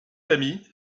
ami